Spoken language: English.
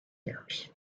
years